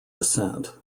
descent